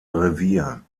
revier